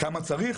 כמה צריך?